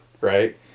right